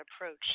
approach